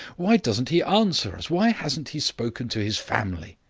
why doesn't he answer us? why hasn't he spoken to his family?